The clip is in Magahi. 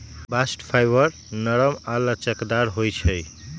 बास्ट फाइबर नरम आऽ लचकदार होइ छइ